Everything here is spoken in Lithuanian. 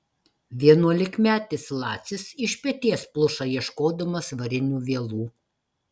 vienuolikmetis lacis iš peties pluša ieškodamas varinių vielų